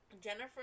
Jennifer